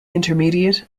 intermediate